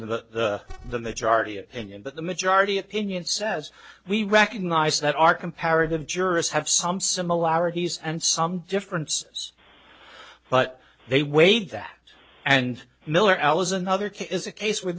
the the majority opinion but the majority opinion says we recognize that our comparative jurists have some similarities and some differences but they weighed that and miller was another case is a case where